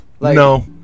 No